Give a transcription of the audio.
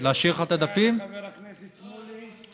תודה לחבר הכנסת איציק שמולי.